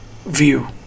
view